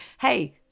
hey